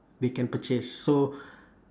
they can purchase so